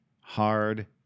hard